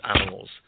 animals